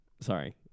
Sorry